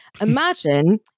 imagine